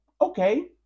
okay